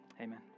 Amen